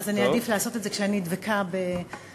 אני אעדיף לעשות את זה כשאני דבקה בכתב.